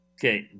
Okay